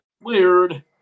weird